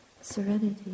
serenity